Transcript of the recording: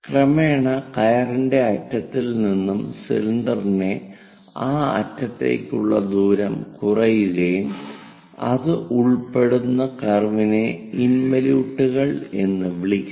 ക്രമേണ കയറിന്റെ അറ്റത്തിൽ നിന്നും സിലിണ്ടറിന്റെ ആ അറ്റത്തേക്കുള്ള ദൂരം കുറയുകയും അത് ഉൾപ്പെടുന്ന കർവിനെ ഇൻവലിയൂട്ടുകൾ എന്ന് വിളിക്കുന്നു